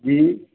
जी